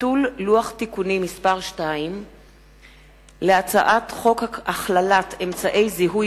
ביטול לוח תיקונים מס' 2 להצעת חוק הכללת אמצעי זיהוי